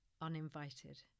uninvited